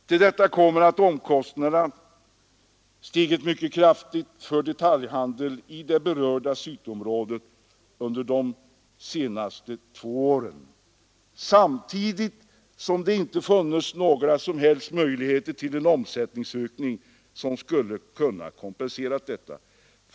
Till detta kommer att omkostnaderna har stigit mycket kraftigt för detaljhandeln i det berörda cityområdet under de senaste två åren samtidigt som det inte funnits några som helst möjligheter till en omsättningsökning som skulle kunna kompensera de höjda omkostnaderna.